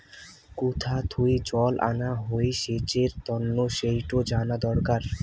কুথা থুই জল আনা হই সেচের তন্ন সেইটো জানা দরকার